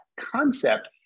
concept